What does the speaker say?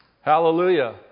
Hallelujah